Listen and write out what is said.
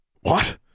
What